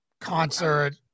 concert